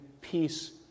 peace